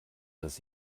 riss